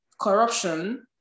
corruption